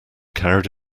carried